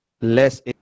less